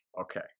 Okay